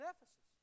Ephesus